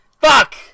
Fuck